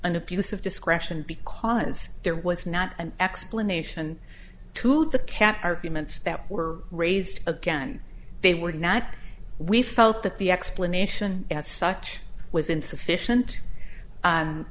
an abuse of discretion because there was not an explanation to the cat arguments that were raised again they were not we felt that the explanation as such was insufficient